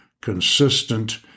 consistent